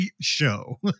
show